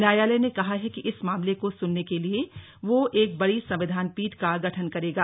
न्यायालय ने कहा है कि इस मामले को सुनने के लिए वह एक बड़ी संविधान पीठ का गठन करेगा